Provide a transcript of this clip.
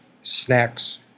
snacks